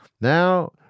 Now